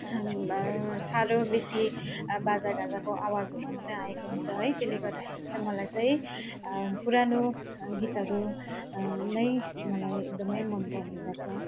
साह्रो बेसी बाजागाजाको आवाजहरू मात्रै आएको हुन्छ है त्यसले गर्दाखेरि चाहिँ मलाई चाहिँ पुरानो गीतहरू नै मलाई एकदमै मनपर्ने गर्छ